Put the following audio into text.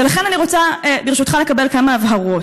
לכן אני רוצה, ברשותך, לקבל כמה הבהרות: